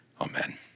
amen